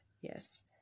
Yes